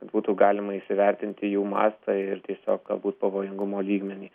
būtų galima įsivertinti jų mastą ir tiesiog galbūt pavojingumo lygmenį